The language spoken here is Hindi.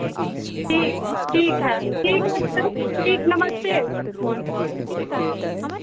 ठीक ठीक है ठीक है तब ठीक नमस्ते